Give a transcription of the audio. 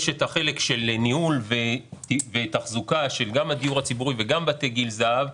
יש את החלק של ניהול ותחזוקה גם של הדיור הציבורי וגם בתי גיל זהב,